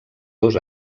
dos